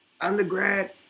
undergrad